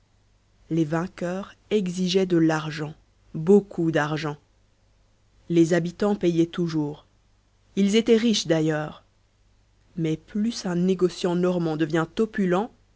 les vainqueurs exigeaient de l'argent beaucoup d'argent les habitants payaient toujours ils étaient riches d'ailleurs mais plus un négociant normand devient opulent